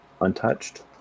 untouched